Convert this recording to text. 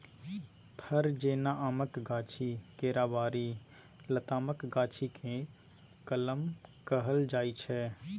फर जेना आमक गाछी, केराबारी, लतामक गाछी केँ कलम कहल जाइ छै